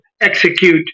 execute